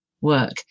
work